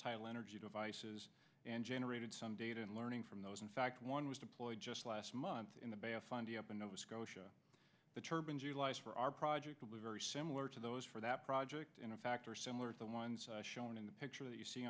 trial energy devices and generated some data and learning from those in fact one was deployed just last month in the bay of fundy up in nova scotia the turbans utilized for our project to be very similar to those for that project in a factor similar to the ones shown in the picture that you see